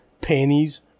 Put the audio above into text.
Panties